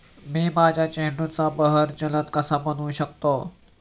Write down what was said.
मी माझ्या झेंडूचा बहर जलद कसा बनवू शकतो?